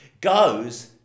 goes